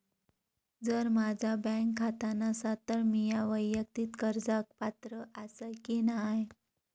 जर माझा बँक खाता नसात तर मीया वैयक्तिक कर्जाक पात्र आसय की नाय?